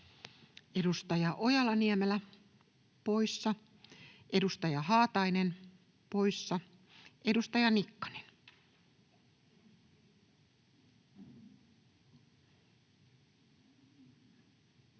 Edustaja Ojala-Niemelä poissa, edustaja Haatainen poissa. — Edustaja Nikkanen.